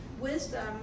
wisdom